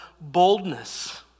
boldness